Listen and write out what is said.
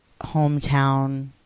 hometown